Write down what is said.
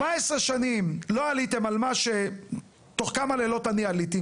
14 שנים לא עליתם על מה שתוך כמה לילות אני עליתי,